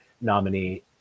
nominee –